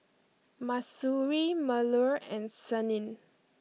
Mahsuri Melur and Senin